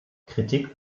kritik